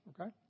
Okay